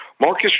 Marcus